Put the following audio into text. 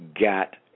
got